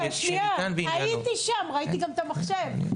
רגע, הייתי שם וראיתי גם את המחשב.